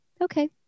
Okay